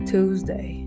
Tuesday